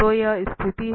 तो यह स्थिति है